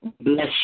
bless